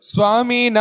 Swami